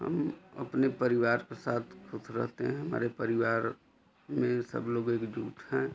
हम अपने परिवार के साथ ख़ुश रहते हैं हमारे परिवार में सब लोग एकजुट हैं